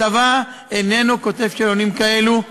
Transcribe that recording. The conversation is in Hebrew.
הצבא איננו כותב שאלונים כאלו.